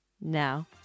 now